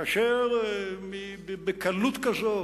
כאשר היא בקלות כזאת,